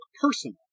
Personal